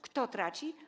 Kto traci?